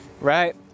right